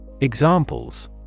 Examples